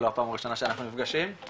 הפעם הראשונה שאנחנו נפגשים.